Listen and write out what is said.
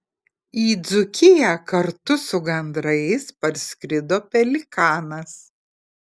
į dzūkiją kartu su gandrais parskrido pelikanas